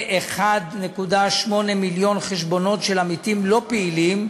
כ-1.8 מיליון חשבונות של עמיתים לא פעילים,